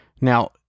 now